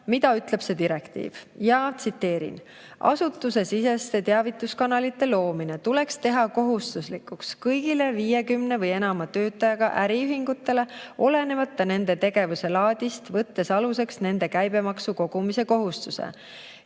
mida see direktiiv ütleb. Tsiteerin: "Asutusesiseste teavituskanalite loomine tuleks teha kohustuslikuks kõigile 50 või enama töötajaga äriühingutele, olenemata nende tegevuse laadist, võttes aluseks nende käibemaksu kogumise kohustuse.